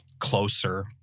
closer